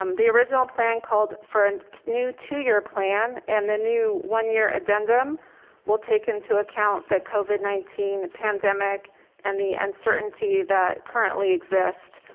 um the original plan called for an new two year plan. and the new one-year addendum will take into account that covid nineteen pandemic and the uncertainty that currently exist.